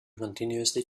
continuously